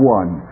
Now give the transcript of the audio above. one